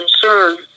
concern